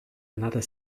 another